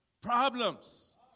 problems